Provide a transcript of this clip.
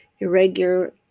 irregular